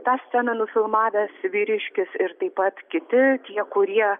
tą sceną nufilmavęs vyriškis ir taip pat kiti tie kurie